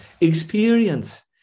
Experience